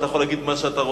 אתה החושך בעצמו.